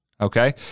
okay